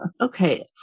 okay